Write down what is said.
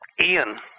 Ian